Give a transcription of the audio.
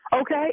Okay